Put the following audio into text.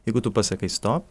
jeigu tu pasakai stop